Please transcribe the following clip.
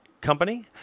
company